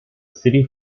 city